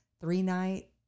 three-night